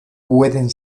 pueden